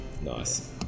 Nice